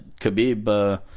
Khabib